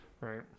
right